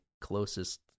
closest